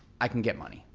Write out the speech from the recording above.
i can get money.